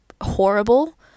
horrible